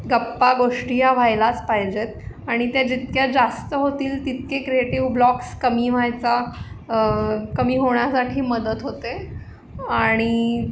गप्प्पागोष्टी या व्हायलाच पाहिजेत आणि त्या जितक्या जास्त होतील तितके क्रिएटिव्ह ब्लॉक्स कमी व्हायचा कमी होण्यासाठी मदत होते आणि